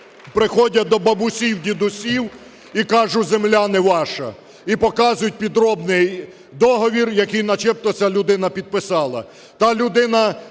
приходять до бабусів, дідусів і кажуть: "Земля не ваша", - і показують підробний договір, який начебто ця людина підписала.